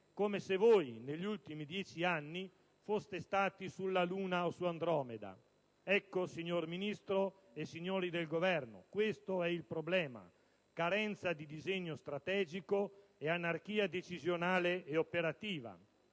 come se voi, negli ultimi 10 anni, foste stati sulla Luna o su Andromeda. Ecco, signor Sottosegretario, signori del Governo, questo è il problema: carenza di disegno strategico ed anarchia decisionale ed operativa.